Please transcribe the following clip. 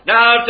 Now